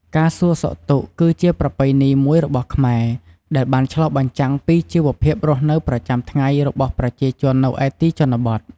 ការសួរសុខទុក្ខគឺ ជាប្រពៃណីមួយរបស់ខ្មែរ ដែលបានឆ្លុះបញ្ចាំងក្នុងជីវភាពរស់នៅប្រចាំថ្ងៃរបស់ប្រជាជននៅឯទីជនបទ។